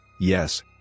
yes